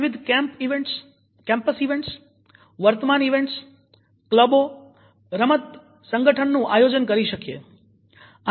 આપણે વિવિધ campus events વર્તમાન ઇવેન્ટ્સ ક્લબો રમત સંગઠનનું આયોજન કરી શકીએ